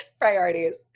Priorities